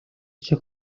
шиг